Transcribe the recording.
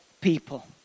people